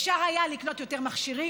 אפשר היה לקנות יותר מכשירים,